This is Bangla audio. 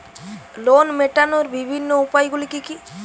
লোন মেটানোর বিভিন্ন উপায়গুলি কী কী?